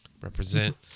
Represent